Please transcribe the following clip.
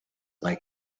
like